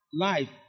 life